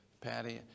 Patty